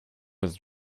was